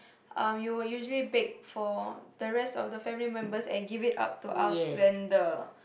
um you would usually bake for the rest of the family members and give it up to us when the